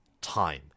time